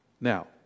Now